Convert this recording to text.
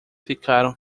ficaram